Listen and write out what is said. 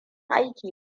aiki